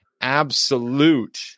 absolute